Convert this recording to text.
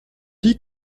dit